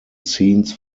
scenes